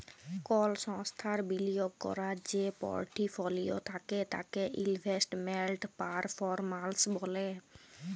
call সংস্থার বিলিয়গ ক্যরার যে পরটফলিও থ্যাকে তাকে ইলভেস্টমেল্ট পারফরম্যালস ব্যলে